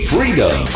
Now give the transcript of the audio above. Freedom